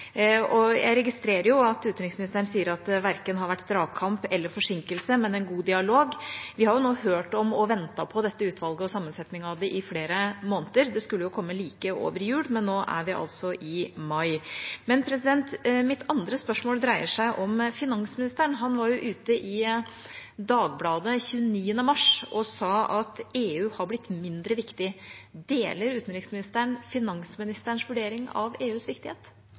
Jeg registrerer at utenriksministeren sier at det verken har vært dragkamp eller forsinkelse, men en god dialog. Vi har jo nå hørt om og ventet på dette utvalget og sammensetningen av det i flere måneder. Det skulle komme like over jul, men nå er vi altså i mai. Men mitt andre spørsmål dreier seg om finansministeren. Han var ute i Dagbladet 29. mars og sa at EU er blitt mindre viktig. Deler utenriksministeren finansministerens vurdering av EUs viktighet?